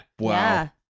wow